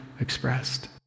expressed